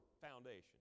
foundation